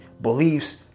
beliefs